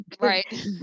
right